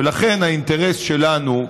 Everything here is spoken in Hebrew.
ולכן האינטרס שלנו,